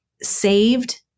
saved